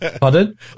Pardon